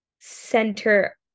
center